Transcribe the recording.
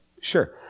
Sure